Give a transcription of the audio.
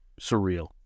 Surreal